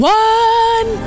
one